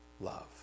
Love